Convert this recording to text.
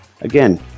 Again